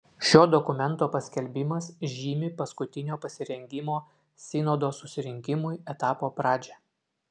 šio dokumento paskelbimas žymi paskutinio pasirengimo sinodo susirinkimui etapo pradžią